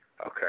Okay